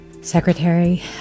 Secretary